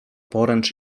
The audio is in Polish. poręcz